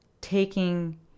taking